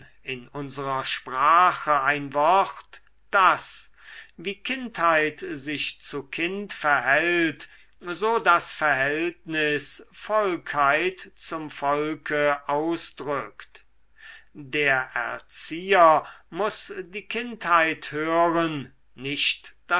in unserer sprache ein wort das wie kindheit sich zu kind verhält so das verhältnis volkheit zum volke ausdrückt der erzieher muß die kindheit hören nicht